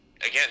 again